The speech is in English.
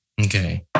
Okay